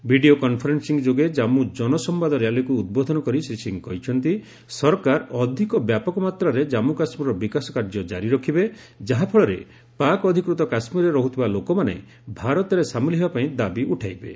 video conferencing ଯୋଗେ ଜାମ୍ସ ଜନସମ୍ଭାଦ ର୍ୟାଲିକୁ ଉଦ୍ବୋଧନ କରି ଶୀ ସିଂ କହିଛନ୍ତି ସରକାର ଅଧିକ ବ୍ୟାପକ ମାତ୍ରାରେ ଜାନ୍ଗୁ କାଶ୍ମୀରର ବିକାଶ କାର୍ଯ୍ୟ ଜାରି ରଖିବେ ଯାହାଫଳରେ ପାକ୍ ଅଧିକୃତ କାଶ୍ମୀରରେ ରହୁଥିବା ଲୋକମାନେ ଭାରତରେ ସାମିଲ ହେବା ପାଇଁ ଦାବି ଉଠାଇବେ